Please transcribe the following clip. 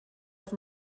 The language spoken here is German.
auf